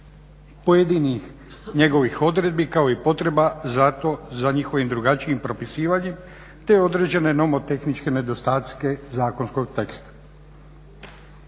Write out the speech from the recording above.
pojedinih njegovih odredbi kao i potreba za to, za njihovim drugačijim propisivanjima te određene nomotehničke nedostatke zakonskog teksta.